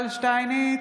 שטייניץ,